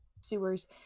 sewers